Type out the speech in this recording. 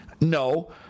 no